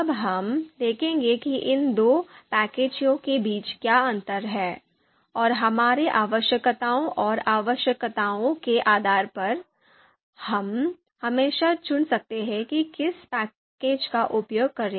अब हम देखेंगे कि इन दो पैकेजों के बीच क्या अंतर हैं और हमारी आवश्यकताओं और आवश्यकताओं के आधार पर हम हमेशा चुन सकते हैं कि किस पैकेज का उपयोग करें